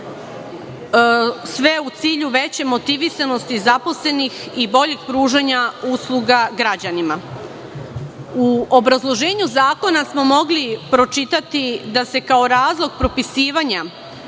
sve u cilju veće motivisanosti zaposlenih i boljih pružanja usluga građanima.U obrazloženju zakona smo mogli pročitati da se, kao razlog propisivanja